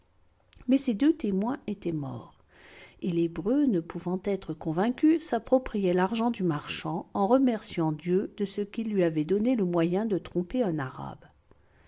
mais ces deux témoins étaient morts et l'hébreu ne pouvant être convaincu s'appropriait l'argent du marchand en remerciant dieu de ce qu'il lui avait donné le moyen de tromper un arabe